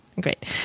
Great